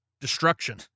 destruction